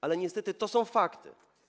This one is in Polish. Ale niestety to są fakty.